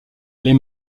les